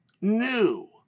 new